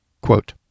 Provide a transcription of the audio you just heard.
Quote